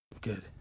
Good